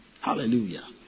Hallelujah